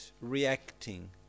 reacting